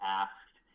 asked